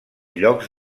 llocs